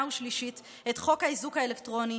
והשלישית את חוק האיזוק האלקטרוני,